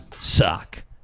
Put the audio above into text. Suck